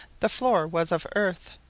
the floor was of earth,